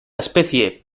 especie